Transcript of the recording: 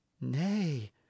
nay